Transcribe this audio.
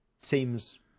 Teams